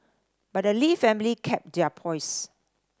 but the Lee family kept their poise